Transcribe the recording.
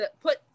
put